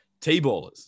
t-ballers